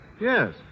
Yes